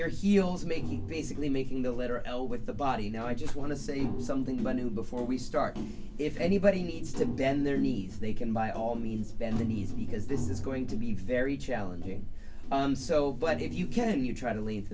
your heels making basically making the letter l with the body you know i just want to say something but knew before we start if anybody needs to bend their knees they can by all means bend the knees because this is going to be very challenging so but if you can you try to lead